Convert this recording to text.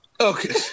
Okay